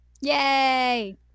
Yay